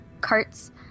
carts